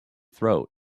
throat